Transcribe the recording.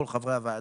כל חברי הוועדה.